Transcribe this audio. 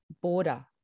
border